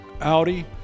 Audi